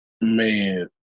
Man